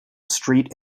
street